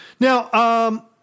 Now